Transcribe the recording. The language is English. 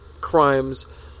crimes